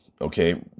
okay